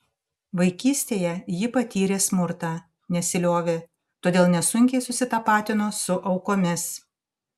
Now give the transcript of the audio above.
vaikystėje ji patyrė smurtą nesiliovė todėl nesunkiai susitapatino su aukomis